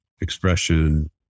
expression